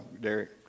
Derek